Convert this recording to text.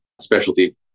specialty